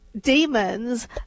demons